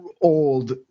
old